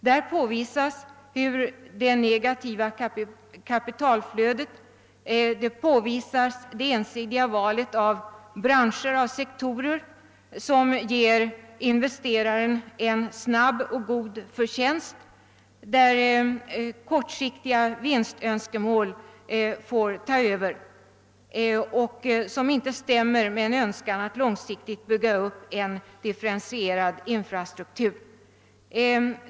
Där påvisas det negativa kapitalflödet och det ensidiga valet av branscher och sektorer som ger investeraren en snabb och god förtjänst, varvid kortsiktiga vinstönskemål får ta över, vilket inte stämmer med en önskan att långsiktigt bygga upp en differentierad infrastruktur.